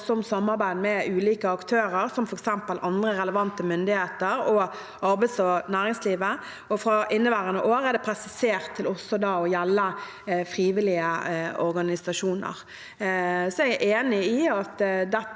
om samarbeid med ulike aktører, som f.eks. andre relevante myndigheter og arbeids- og næringslivet, og fra inneværende år er det presisert til også å gjelde frivillige organisasjoner. Så er jeg enig i at dette